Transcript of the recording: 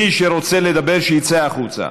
מי שרוצה לדבר, שיצא החוצה.